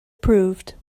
proved